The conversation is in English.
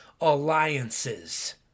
alliances